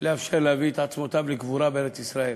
לאפשר להביא את עצמותיו לקבורה בארץ-ישראל.